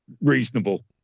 reasonable